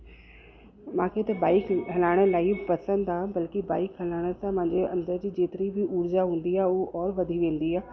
मूंखे त बाइक हलाइणु इलाही पसंदि आहे बल्कि हलाइण सां मुंहिंजे अंदरि जी जेतिरी बि ऊर्जा हूंदी आहे उहो और वधी वेंदी आहे